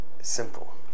simple